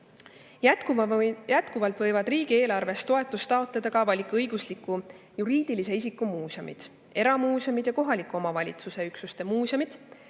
Jätkuvalt võivad riigieelarvest toetust taotleda ka avalik-õigusliku juriidilise isiku muuseumid, eramuuseumid ja kohaliku omavalitsuse üksuste muuseumid,